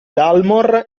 dalmor